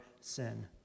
sin